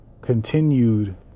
continued